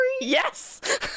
Yes